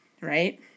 right